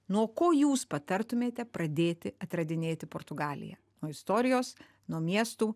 nuo ko jūs patartumėte pradėti atradinėti portugaliją nuo istorijos nuo miestų